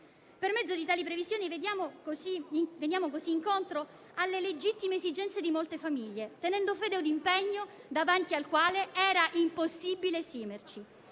Per mezzo di tali previsioni, andiamo così incontro alle legittime esigenze di molte famiglie, tenendo fede ad un impegno davanti al quale era impossibile esimerci.